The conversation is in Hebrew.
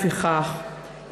לפיכך,